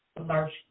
large